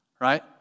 right